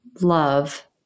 love